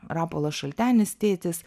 rapolas šaltenis tėtis